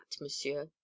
monsieur